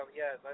yes